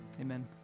Amen